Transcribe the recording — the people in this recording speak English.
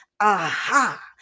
aha